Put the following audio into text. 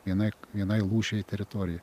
vienai vienai lūšiai teritorija